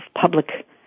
public